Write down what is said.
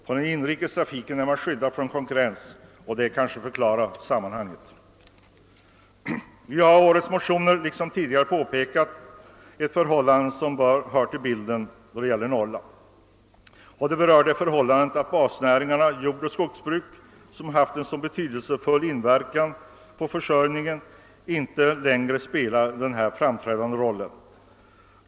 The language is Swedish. I den inrikes trafiken är man skyddad från konkurrens — det kanske förklarar saken. Vi har i motioner vid årets riksdag liksom tidigare år pekat på ett förhållande som hör till bilden när det gäller Norrland. Jag syftar på att basnäringarna jordoch skogsbruk, som haft en så betydelsefull inverkan på försörjningen, inte längre spelar samma framträdande roll.